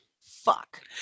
Fuck